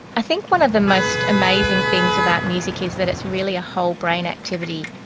i think one of the most amazing things about music is that it's really a whole-brain activity.